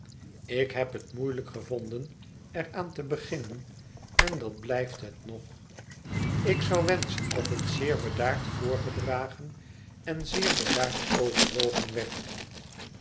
ik heb het moeielijk gevonden er aan te beginnen en dat blijft het nog ik zou wenschen dat het zeer bedaard voorgedragen en zeer bedaard overwogen werd